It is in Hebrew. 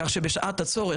כך שבשעת הצורך,